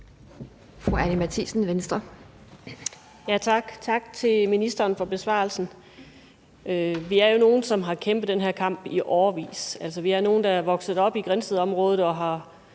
tak til ministeren for besvarelsen. Vi er jo nogle, som har kæmpet den her kamp i årevis. Altså, vi er nogle, der er vokset op i Grindstedområdet og